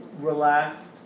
relaxed